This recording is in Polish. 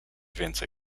więcej